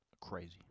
crazy